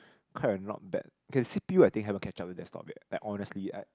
quite a not bad okay C_P_U I think haven't catch up with desktop yet like honestly